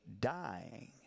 dying